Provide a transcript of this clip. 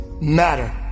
matter